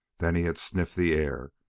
then he had sniffed the air,